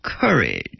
courage